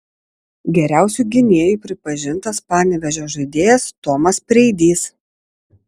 geriausiu gynėju pripažintas panevėžio žaidėjas tomas preidys